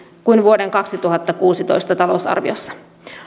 kuin vuoden kaksituhattakuusitoista talousarviossa